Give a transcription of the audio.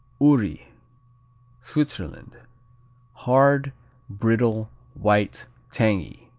uri switzerland hard brittle white tangy.